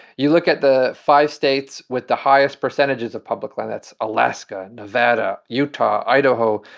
you look at the five states with the highest percentages of public land that's alaska, nevada, utah, idaho,